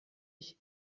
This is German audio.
ich